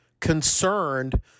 concerned